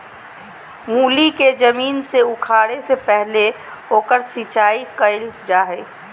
मूली के जमीन से उखाड़े से पहले ओकर सिंचाई कईल जा हइ